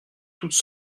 toutes